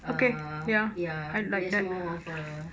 err ya just more of a